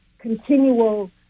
continual